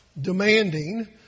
demanding